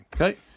Okay